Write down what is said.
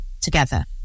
together